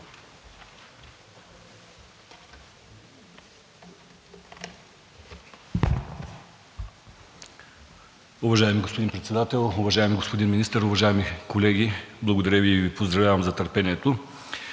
Благодаря Ви и Ви поздравявам за търпението.